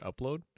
upload